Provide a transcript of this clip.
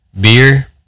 beer